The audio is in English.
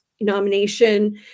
nomination